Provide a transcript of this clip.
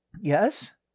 Yes